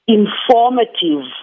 informative